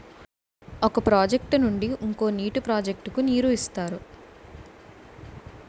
ఒక ప్రాజెక్ట్ నుండి ఇంకో నీటి ప్రాజెక్ట్ కు నీరు ఇస్తారు